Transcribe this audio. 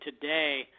today